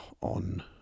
on